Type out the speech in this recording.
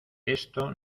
esto